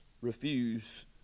refuse